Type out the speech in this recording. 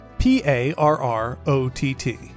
P-A-R-R-O-T-T